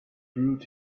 fruit